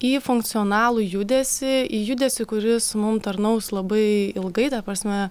į funkcionalų judesį į judesį kuris mum tarnaus labai ilgai ta prasme